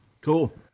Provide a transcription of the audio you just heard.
Cool